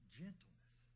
gentleness